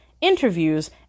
interviews